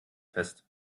fest